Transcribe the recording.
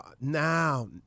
now